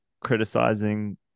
criticizing